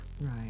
Right